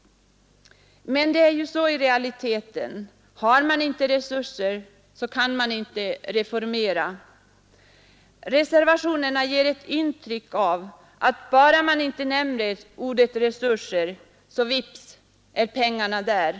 Men det är ju så i realiteten att om man inte har resurser kan man inte reformera. Reservationerna ger intryck av att man liksom tror att bara man inte nämner ordet resurser så vips är pengarna där.